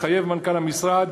התחייב מנכ"ל המשרד,